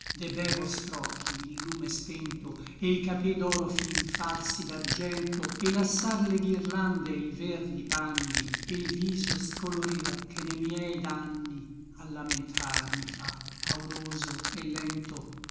de be vostr'occhi il lume spento e i cape d'oro fin farsi d'argento et lassar le ghirlande e i verdi panni e l viso scolorir che ne miei danni a llamentar mi fa pauroso et lento